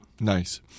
Nice